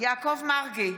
יעקב מרגי,